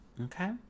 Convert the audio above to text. Okay